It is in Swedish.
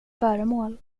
föremål